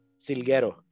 Silguero